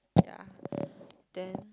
yeah then